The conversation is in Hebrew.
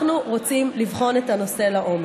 אנחנו רוצים לבחון את הנושא לעומק.